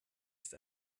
ist